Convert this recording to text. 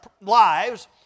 lives